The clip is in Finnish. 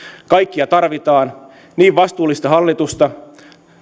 kaikkia tarvitaan niin vastuullista hallitusta